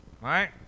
right